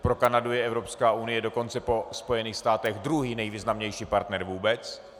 Pro Kanadu je Evropská unie dokonce po Spojených státech druhý nejvýznamnější partner vůbec.